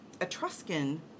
Etruscan